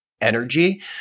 energy